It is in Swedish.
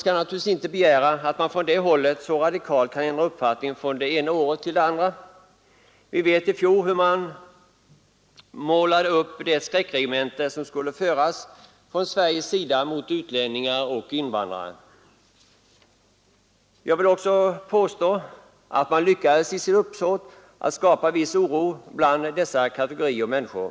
Det är inte att begära att man från det hållet skall ändra uppfattning så radikalt från det ena året till det andra. Som vi vet målade kommunisterna förra året upp en bild av det skräckregemente som skulle komma att föras från svensk sida mot utlänningar och invandrare efter lagens genomförande. Jag påstår också att kommunisterna lyckades i sitt uppsåt att skapa en viss oro bland dessa kategorier människor.